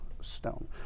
stone